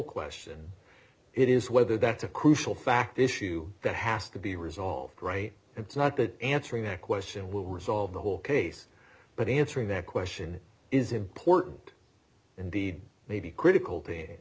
question it is whether that's a crucial fact issue that has to be resolved right it's not that answering that question will resolve the whole case but answering that question is important indeed maybe critical